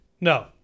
No